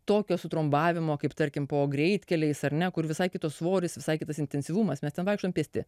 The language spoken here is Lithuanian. tokio sutrumbavimo kaip tarkim po greitkeliais ar ne kur visai kitos svoris visai kitas intensyvumas mes ten vaiktom pėsti